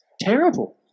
terrible